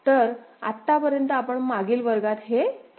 तर आतापर्यंत आपण मागील वर्गात हे केले होते